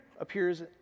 appears